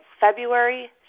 February